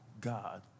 God